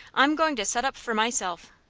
i'm going to set up for myself.